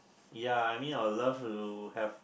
ya I mean I will love to have